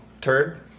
turd